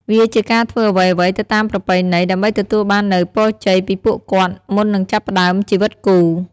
វាជាការធ្វើអ្វីៗទៅតាមប្រពៃណី ដើម្បីទទួលបាននូវ ពរជ័យ ពីពួកគាត់ មុននឹងចាប់ផ្តើមជីវិតគូ។